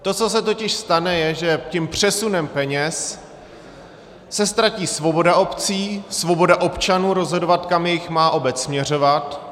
To, co se totiž stane, je, že tím přesunem peněz se ztratí svoboda obcí, svoboda občanů rozhodovat, kam jejich má obec směřovat.